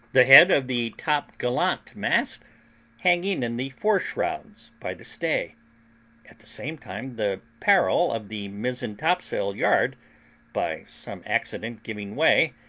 the head of the topgallant-mast hanging in the fore-shrouds by the stay at the same time the parrel of the mizzen-topsail-yard by some accident giving way,